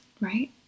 right